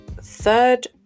third